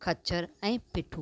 खच्चर ऐं पिट्ठू